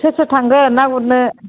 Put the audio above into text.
सोर सोर थांगोन ना गुरनो